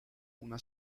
una